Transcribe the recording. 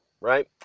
right